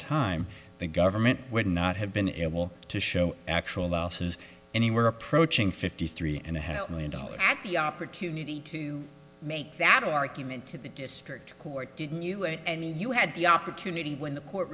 time the government would not have been able to show actual losses anywhere approaching fifty three and a half million dollars at the opportunity to make that argument to the district court didn't you and you had the opportunity when the court